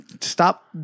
Stop